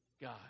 God